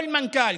כל מנכ"ל,